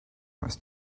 must